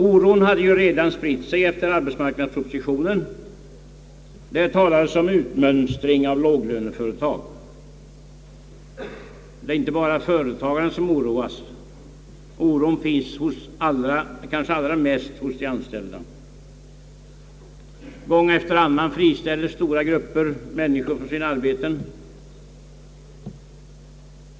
Oron hade ju redan spritt sig efter arbetsmarknadspropositionen, där det talades om utmönstring av låglöneföretag. Det är inte bara företagarna som oroas, oron sprids kanske allra mest hos de anställda. Gång efter annan friställes stora grupper människor från sina arbeten.